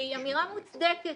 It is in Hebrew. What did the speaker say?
שהיא אמירה מוצדקת,